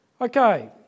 Okay